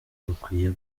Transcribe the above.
rukwiye